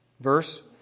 Verse